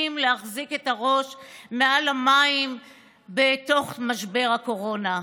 להחזיק את הראש מעל המים בתוך משבר הקורונה.